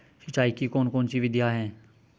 सिंचाई की कौन कौन सी विधियां हैं?